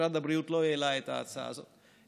משרד הבריאות לא העלה את ההצעה הזו,